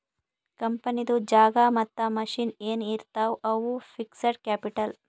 ಕಂಪನಿದು ಜಾಗಾ ಮತ್ತ ಮಷಿನ್ ಎನ್ ಇರ್ತಾವ್ ಅವು ಫಿಕ್ಸಡ್ ಕ್ಯಾಪಿಟಲ್